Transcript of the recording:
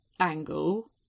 angle